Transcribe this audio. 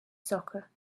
soccer